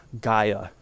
Gaia